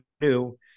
new